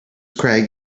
craig